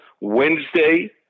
Wednesday